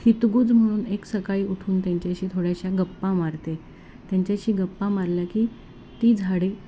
हितगुज म्हणून एक सकाळी उठून त्यांच्याशी थोड्याशा गप्पा मारते त्यांच्याशी गप्पा मारल्या की ती झाडे